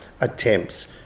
attempts